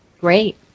Great